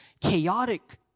chaotic